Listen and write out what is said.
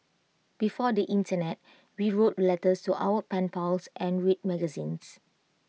before the Internet we wrote letters to our pen pals and read magazines